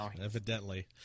evidently